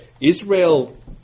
Israel